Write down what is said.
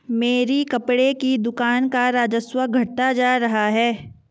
मेरी कपड़े की दुकान का राजस्व घटता जा रहा है